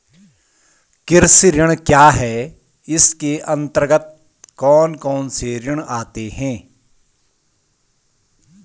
कृषि ऋण क्या है इसके अन्तर्गत कौन कौनसे ऋण आते हैं?